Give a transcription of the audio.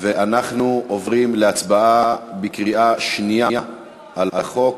התשע"ד 2014. אנחנו עוברים להצבעה בקריאה שנייה על החוק.